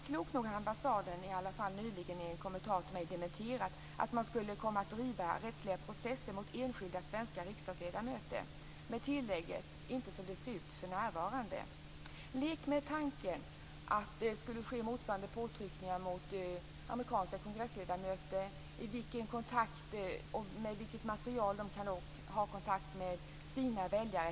Klokt nog har ambassaden i alla fall nyligen i en kommentar till mig dementerat att man skulle komma att driva rättsliga processer mot enskilda svenska riksdagsledamöter med tilläget: "inte som det ser ut för närvarande". Lek med tanken att det skulle ske motsvarande påtryckningar på amerikanska kongressledamöter!